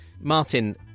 Martin